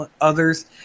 others